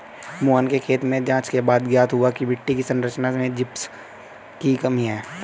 मोहन के खेत में जांच के बाद ज्ञात हुआ की मिट्टी की संरचना में जिप्सम की कमी है